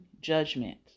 judgment